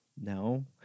No